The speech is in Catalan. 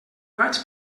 vaig